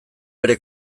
bere